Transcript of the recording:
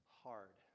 hard